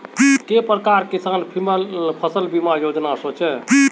के प्रकार किसान फसल बीमा योजना सोचें?